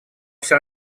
всё